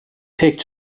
pek